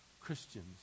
Christians